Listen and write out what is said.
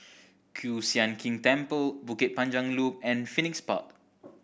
Kiew Sian King Temple Bukit Panjang Loop and Phoenix Park